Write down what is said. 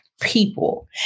people